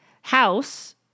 house